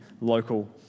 local